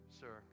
sir